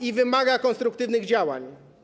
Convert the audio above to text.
i wymaga konstruktywnych działań.